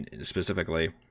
specifically